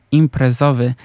imprezowy